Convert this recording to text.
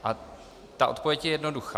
A odpověď je jednoduchá.